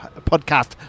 podcast